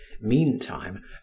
meantime